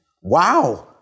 Wow